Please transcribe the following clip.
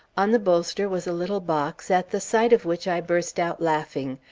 on the bolster was a little box, at the sight of which i burst out laughing.